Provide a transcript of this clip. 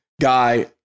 guy